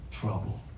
trouble